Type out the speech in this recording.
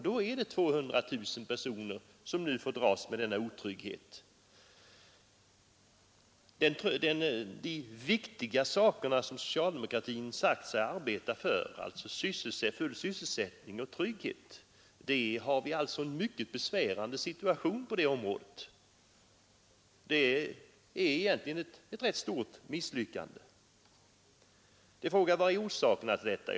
Det är 200 000 personer som nu får dras med denna otrygghet. När det gäller de viktiga saker som socialdemokratin sagt sig arbeta för — full sysselsättning och trygghet — har vi alltså en mycket besvärande situation. Det är ett misslyckande. Vad är orsakerna till detta?